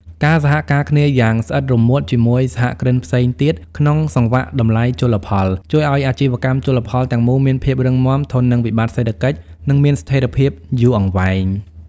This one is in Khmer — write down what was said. ការសហការគ្នាយ៉ាងស្អិតរមួតជាមួយសហគ្រិនផ្សេងទៀតក្នុងសង្វាក់តម្លៃជលផល ជួយឱ្យអាជីវកម្មជលផលទាំងមូលមានភាពរឹងមាំ ធន់នឹងវិបត្តិសេដ្ឋកិច្ច និងមានស្ថិរភាពយូរអង្វែង។